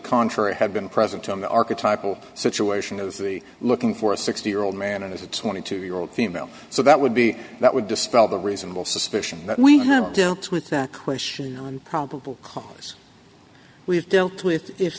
contrary had been present on the archetype situation of the looking for a sixty year old man and as a twenty two year old female so that would be that would dispel the reasonable suspicion that we have with that question and probable cause we have dealt with if